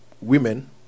women